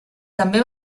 també